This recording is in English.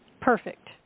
perfect